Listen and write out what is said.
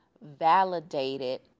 validated